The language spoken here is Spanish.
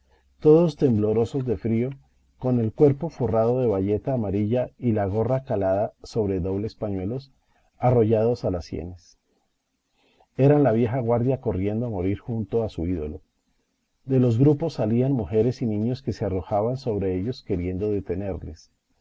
todos temblorosos de frío con el cuerpo forrado de bayeta amarilla y la gorra calada sobre dobles pañuelos arrollados a las sienes era la vieja guardia corriendo a morir junto a su ídolo de los grupos salían mujeres y niños que se arrojaban sobre ellos queriendo detenerles